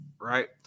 right